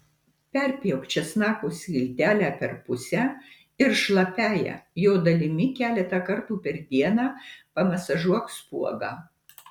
perpjauk česnako skiltelę per pusę ir šlapiąja jo dalimi keletą kartų per dieną pamasažuok spuogą